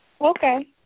Okay